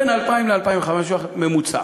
בין 2,000 ל-2,500 ממוצע.